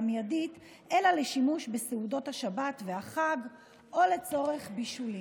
מיידית אלא לשימוש בסעודות השבת והחג או לצורך בישולים.